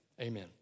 Amen